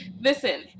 Listen